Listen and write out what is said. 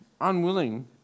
unwilling